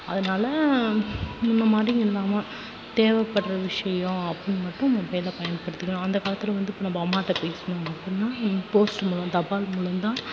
அதனால முன்னமாதிரி இல்லாமல் தேவைப்படுற விஷயம் அப்பட்னு மட்டும் மொபைலை பயன்படுத்திக்கணும் அந்த காலத்தி வந்துட்டு இப்போ நம்ம அம்மாகிட்ட பேசணும் அப்பட்னா போஸ்ட் மூலம் தபால் மூலம் தான்